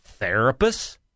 therapists